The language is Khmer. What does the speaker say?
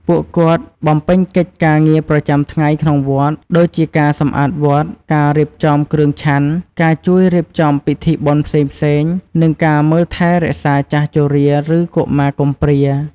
ពួកគាត់បំពេញកិច្ចការងារប្រចាំថ្ងៃក្នុងវត្ត ដូចជាការសម្អាតវត្ត ការរៀបចំគ្រឿងឆាន់ ការជួយរៀបចំពិធីបុណ្យផ្សេងៗ និងការមើលថែរក្សាចាស់ជរា ឬកុមារកំព្រា។